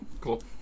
Cool